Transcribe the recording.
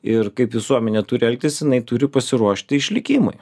ir kaip visuomenė turi elgtis jinai turi pasiruošti išlikimui